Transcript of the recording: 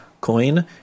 coin